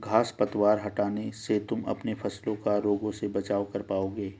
घांस पतवार हटाने से तुम अपने फसलों का रोगों से बचाव कर पाओगे